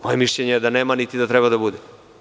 Moje mišljenje je da nema, niti da treba da bude.